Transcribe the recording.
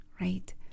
right